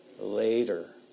later